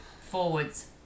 forwards